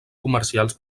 comercials